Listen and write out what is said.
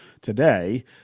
today